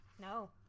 No